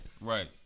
Right